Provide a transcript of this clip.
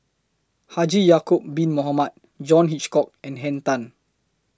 Haji Ya'Acob Bin Mohamed John Hitchcock and Henn Tan